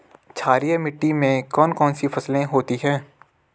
क्षारीय मिट्टी में कौन कौन सी फसलें होती हैं?